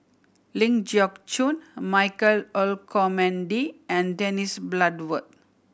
Ling Geok Choon Michael Olcomendy and Dennis Bloodworth